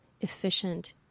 efficient